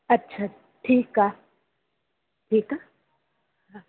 अच्छा ठीकु आहे ठीकु आहे हा